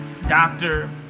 doctor